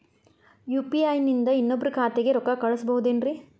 UPI ನಿಂದ ಇನ್ನೊಬ್ರ ಖಾತೆಗೆ ರೊಕ್ಕ ಕಳ್ಸಬಹುದೇನ್ರಿ?